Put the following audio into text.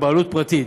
בבעלות פרטית.